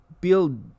build